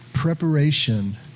Preparation